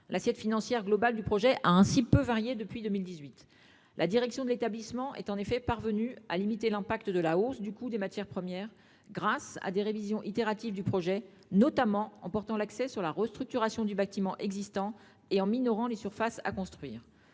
L'assiette financière globale du projet a peu varié depuis son origine, dans la mesure où la direction de l'établissement est parvenue à limiter les conséquences de la hausse du coût des matières premières grâce à des révisions itératives du projet, notamment en mettant l'accent sur la restructuration du bâtiment existant et en minorant les surfaces à construire.